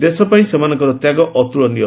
ଦେଶପାଇଁ ସେମାନଙ୍କ ତ୍ୟାଗ ଅତ୍ତଳନୀୟ